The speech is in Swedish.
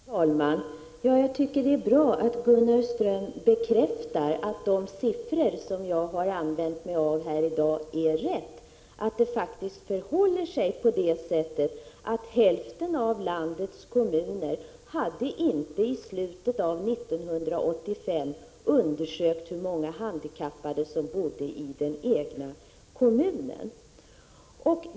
Herr talman! Jag tycker att det är bra att Gunnar Ström bekräftar att de siffror som jag har använt här i dag är riktiga — att det faktiskt förhåller sig så att hälften av landets kommuner i slutet av 1985 inte hade undersökt hur många handikappade som bodde i den egna kommunen.